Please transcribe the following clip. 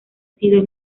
sido